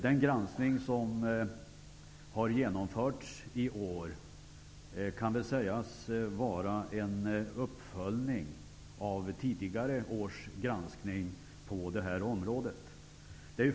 Den granskning som har genomförts i år kan väl sägas vara en uppföljning av tidigare års granskning på detta område.